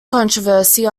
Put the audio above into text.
controversy